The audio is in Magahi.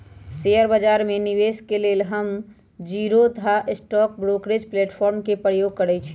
शेयर बजार में निवेश के लेल हम जीरोधा स्टॉक ब्रोकरेज प्लेटफार्म के प्रयोग करइछि